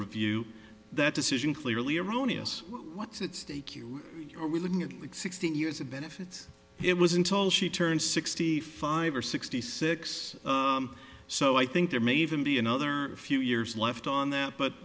review that decision clearly erroneous what's at stake you are we looking at sixteen years of benefits it wasn't all she turned sixty five or sixty six so i think there may even be another few years left on that